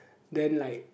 then like